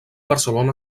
barcelona